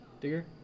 Digger